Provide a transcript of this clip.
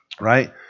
Right